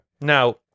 Now